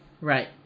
Right